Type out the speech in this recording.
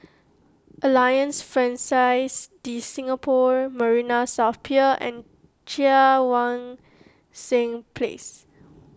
Alliance Francaise De Singapour Marina South Pier and Cheang Wan Seng Place